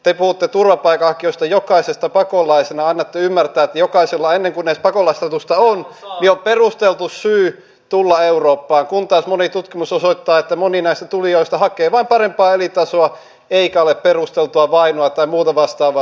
te puhutte turvapaikanhakijoista jokaisesta pakolaisena annatte ymmärtää että jokaisella ennen kuin edes pakolaisstatusta on on perusteltu syy tulla eurooppaan kun taas moni tutkimus osoittaa että moni näistä tulijoista hakee vain parempaa elintasoa eikä ole perusteltua vainoa tai muuta vastaavaa syytä